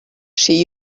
she